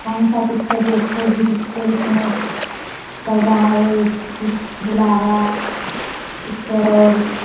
कौनसा पिच्चर देखोगी पिच्चर इतने चल रहा है एक दुलारा पिच्चर और